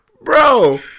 Bro